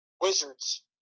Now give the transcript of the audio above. Wizards